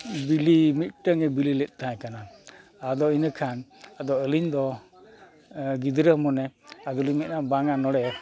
ᱵᱤᱞᱤ ᱢᱤᱫᱴᱟᱹᱱᱮ ᱵᱤᱞᱤ ᱞᱮᱫ ᱛᱟᱦᱮᱸ ᱠᱟᱱᱟ ᱟᱫᱚ ᱤᱱᱟᱹ ᱠᱷᱟᱱ ᱟᱹᱞᱤᱧ ᱫᱚ ᱜᱤᱫᱽᱨᱟᱹ ᱢᱚᱱᱮ ᱟᱫᱚᱞᱤᱧ ᱢᱮᱱᱟ ᱵᱟᱝᱟ ᱱᱚᱰᱮ